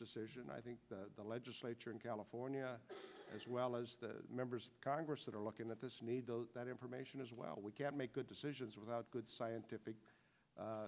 decision i think the legislature in california as well as the members of congress that are looking at this need that information as well we can't make good decisions without good scientific